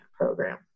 program